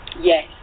Yes